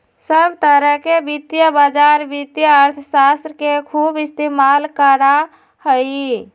सब तरह के वित्तीय बाजार वित्तीय अर्थशास्त्र के खूब इस्तेमाल करा हई